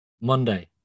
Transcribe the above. Monday